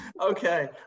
Okay